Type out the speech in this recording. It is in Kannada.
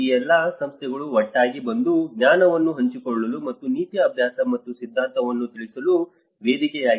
ಈ ಎಲ್ಲಾ ಸಂಸ್ಥೆಗಳು ಒಟ್ಟಾಗಿ ಬಂದು ಜ್ಞಾನವನ್ನು ಹಂಚಿಕೊಳ್ಳಲು ಮತ್ತು ನೀತಿ ಅಭ್ಯಾಸ ಮತ್ತು ಸಿದ್ಧಾಂತವನ್ನು ತಿಳಿಸಲು ವೇದಿಕೆಯಾಗಿದೆ